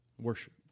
Worship